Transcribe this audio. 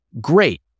great